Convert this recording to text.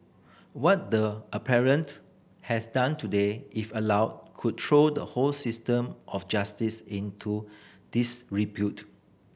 what the appellant has done today if allowed could throw the whole system of justice into disrepute